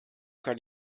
kann